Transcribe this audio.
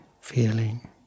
feeling